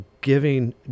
giving